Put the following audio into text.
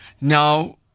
Now